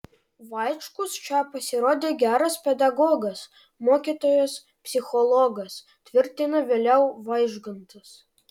vaičkus čia pasirodė geras pedagogas mokytojas psichologas tvirtina vėliau vaižgantas